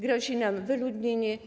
Grozi nam wyludnienie.